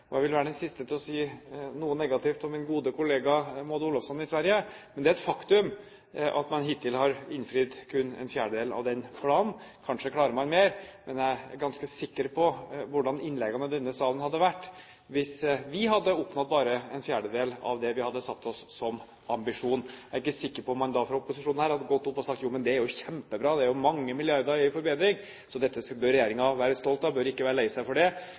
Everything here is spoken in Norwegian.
Jeg vil være den siste til å si noe negativt om min gode kollega Maud Olofsson i Sverige, men det er et faktum at de hittil har innfridd kun en fjerdedel av den planen. Kanskje klarer man å innfri mer, men jeg er ganske sikker på hvordan innleggene i denne salen hadde vært hvis vi hadde oppnådd bare en fjerdedel av det vi hadde satt oss som ambisjon. Jeg er ikke sikker på om man da fra opposisjonen hadde gått opp her og sagt at det er jo kjempebra, det er mange milliarder i forbedring, så dette bør regjeringen være stolt av, en bør ikke være lei seg for det,